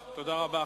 וכדומה.